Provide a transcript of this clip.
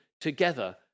together